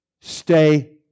Stay